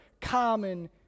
common